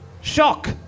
Shock